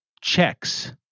checks